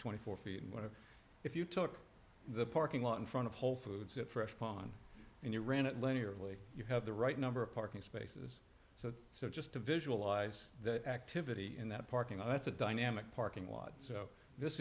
twenty four feet and what if you took the parking lot in front of whole foods at fresh pond and you ran it linearly you have the right number of parking spaces so so just to visualize that activity in that parking and that's a dynamic parking lot so this